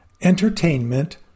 Entertainment